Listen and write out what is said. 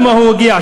למה הוא הגיע,